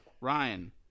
Ryan